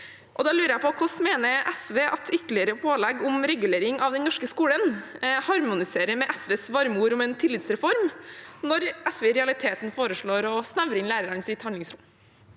Da lurer jeg på: Hvordan mener SV at ytterligere pålegg om regulering av den norske skolen harmoniserer med SVs varme ord om en tillitsreform, når SV i realiteten foreslår å snevre inn lærernes handlingsrom?